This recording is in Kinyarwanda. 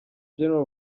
general